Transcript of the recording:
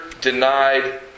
denied